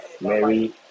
Mary